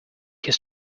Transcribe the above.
his